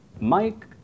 Mike